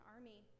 Army